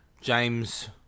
James